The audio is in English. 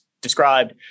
described